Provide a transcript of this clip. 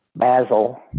Basil